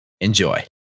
Enjoy